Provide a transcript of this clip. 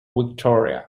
victoria